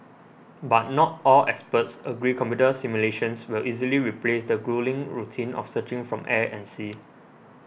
but not all experts agree computer simulations will easily replace the gruelling routine of searching from air and sea